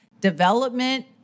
development